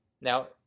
Now